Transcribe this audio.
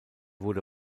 wurde